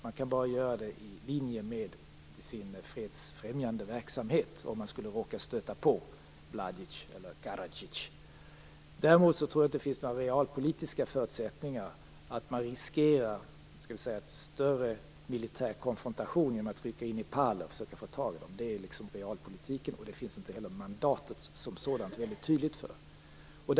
Man kan bara göra det i linje med sin fredsfrämjande verksamhet, om man skulle råka stöta på Mladic eller Karadzic. Däremot tror jag inte att det finns några realpolitiska förutsättningar för att riskera en större militär konfrontation genom att rycka in i Pale och försöka få tag i dem. Det är realpolitiken, och det finns inte heller något tydligt mandat för detta.